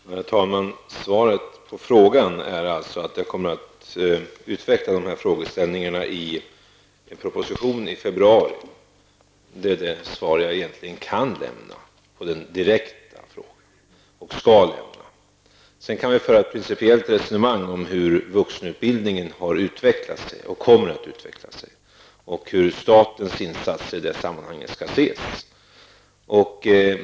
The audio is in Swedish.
Herr talman! Svaret på frågan är således att jag kommer att utveckla dessa frågeställningar i en proposition i februari. Det är det svar som jag kan och skall lämna på den direkta frågan. Däremot kan vi föra ett principiellt resonemang om hur vuxenutbildningen har och kommer att utveckla sig och hur statens insatser skall ses i det sammanhanget.